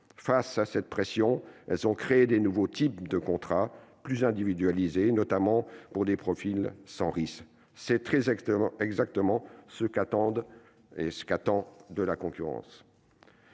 face à cette pression, elles ont créé de nouveaux types de contrats, plus individualisés, notamment pour les profils sans risque. C'est très exactement ce que l'on attend de la concurrence.